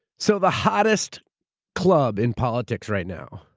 so, the hottest club in politics right now,